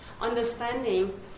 understanding